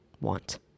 want